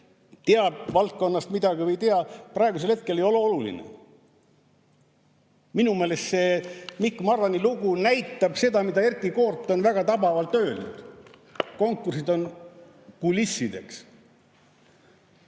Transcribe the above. valdkonnast midagi või ei tea, praegusel hetkel ei ole oluline. Minu meelest see Mikk Marrani lugu näitab seda, mida Erkki Koort on väga tabavalt öelnud: konkursid on kulissideks.